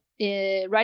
right